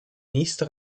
nächste